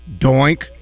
doink